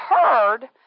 heard